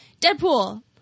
Deadpool